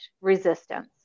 resistance